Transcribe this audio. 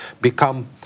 become